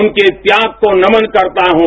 उनके त्याग को नमन करता हूं